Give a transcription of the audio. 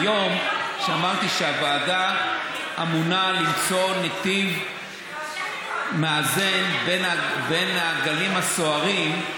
הוועדה אמונה על למצוא נתיב מאזן בין הגלים הסוערים,